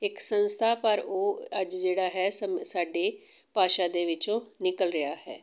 ਇਕ ਸੰਸਥਾ ਪਰ ਉਹ ਅੱਜ ਜਿਹੜਾ ਹੈ ਸਮ ਸਾਡੇ ਭਾਸ਼ਾ ਦੇ ਵਿੱਚੋਂ ਨਿਕਲ ਰਿਹਾ ਹੈ